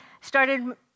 started